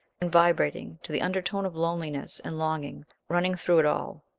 and vibrating to the undertone of loneliness and longing running through it all.